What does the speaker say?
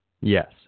Yes